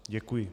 Děkuji.